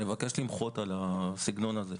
אני מבקש למחות על הסגנון הזה.